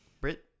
Brit